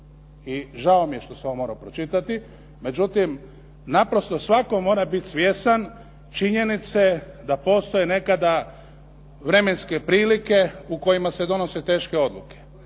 I žao mi je što sam vam morao pročitati, međutim naprosto svatko mora biti svjestan činjenice da postoji nekada vremenske prilike u kojima se donose teške odluke.